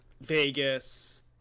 Vegas